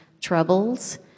troubles